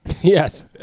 Yes